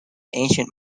ancient